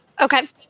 Okay